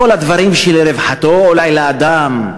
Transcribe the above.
כל הדברים שלרווחתו של האדם,